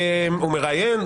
הוא מראיין,